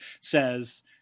says